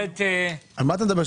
החלטתי